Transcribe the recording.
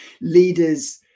leaders